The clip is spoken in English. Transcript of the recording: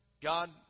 God